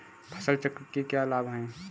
फसल चक्र के क्या लाभ हैं?